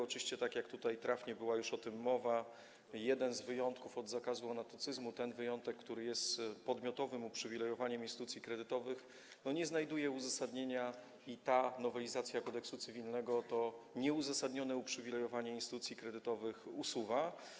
Oczywiście tak jak trafnie zauważono, była o tym mowa, jeden z wyjątków od zakazu anatocyzmu, ten wyjątek, który jest podmiotowym uprzywilejowaniem instytucji kredytowych, nie znajduje uzasadnienia i ta nowelizacja Kodeksu cywilnego to nieuzasadnione uprzywilejowanie instytucji kredytowych usuwa.